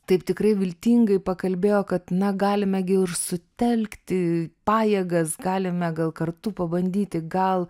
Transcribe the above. taip tikrai viltingai pakalbėjo kad na galime gi ir sutelkti pajėgas galime gal kartu pabandyti gal